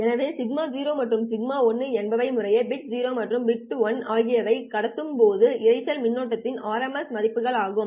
எனவே σ0 மற்றும் σ1 என்பவை முறையே பிட் 0 மற்றும் பிட் 1 ஆகியவை கடத்தப்படும் போது இரைச்சல் மின்னோட்டத்தின் RMS மதிப்புகள் ஆகும்